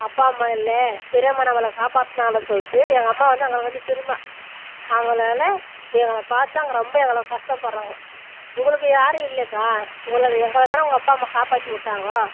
அப்பா அம்மா இல்லை பெரியம்மா நம்மளை காப்பாற்றினாங்க சொல்லிட்டு எங்கள் அம்மா வந்து அவர்களுக்கு வந்து பெரியம்மா அவங்களால் எங்களை பார்த்தா அவங்க ரொம்ப எங்களை கஷ்டப்பட்றாங்கோ உங்களுக்கு யாரும் இல்லைக்கா உங்களை எங்களை தானே உங்கள் அப்பா அம்மா காப்பாற்றி விட்டாங்கோ